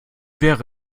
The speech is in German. wäre